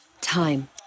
Time